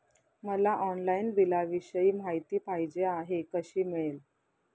मला ऑनलाईन बिलाविषयी माहिती पाहिजे आहे, कशी मिळेल?